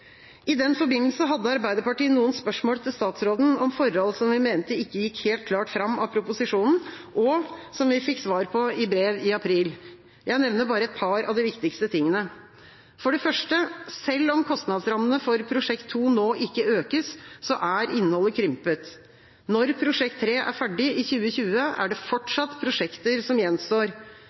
I den forbindelse hadde Arbeiderpartiet noen spørsmål til statsråden om forhold som vi mente ikke gikk helt klart fram av proposisjonen, og som vi fikk svar på i brev i april. Jeg nevner bare et par av de viktigste tingene. For det første: Selv om kostnadsrammene for Prosjekt 2 nå ikke økes, så er innholdet krympet. Når Prosjekt 3 er ferdig i 2020, er det fortsatt prosjekter som gjenstår,